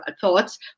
thoughts